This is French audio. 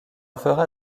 fera